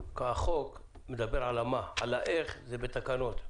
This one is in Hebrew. החוק מדבר על המה, האיך זה בתקנות.